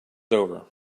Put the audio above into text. over